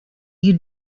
you